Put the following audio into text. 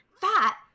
fat